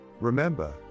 Remember